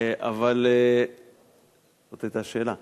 זו היתה השאלה.